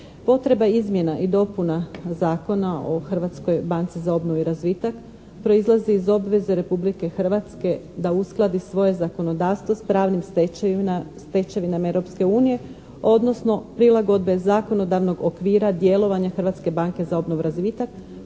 Potreba izmjena i dopuna Zakona o Hrvatskoj banci za obnovu i razvitak proizlazi iz obveze Republike Hrvatske da uskladi svoj zakonodavstvo sa pravnim stečevinama Europske unije, odnosno prilagodbe zakonodavnog okvira djelovanja Hrvatske banke za obnovu i razvitak